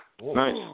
Nice